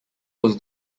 was